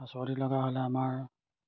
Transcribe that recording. আৰু চৰ্দি লগা হ'লে আমাৰ